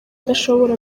adashobora